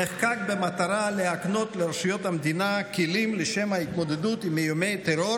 נחקק במטרה להקנות לרשויות המדינה כלים לשם ההתמודדות עם איומי הטרור